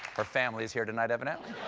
her family is here tonight, evidently.